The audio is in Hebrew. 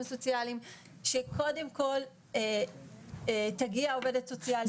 הסוציאליים שקודם כל תגיע עובדת סוציאלית.